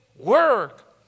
Work